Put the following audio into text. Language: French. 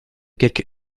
quelques